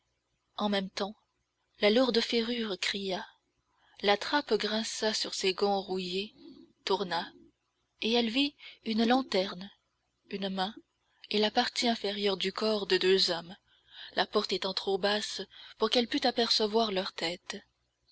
en même temps la lourde ferrure cria la trappe grinça sur ses gonds rouillés tourna et elle vit une lanterne une main et la partie inférieure du corps de deux hommes la porte étant trop basse pour qu'elle pût apercevoir leurs têtes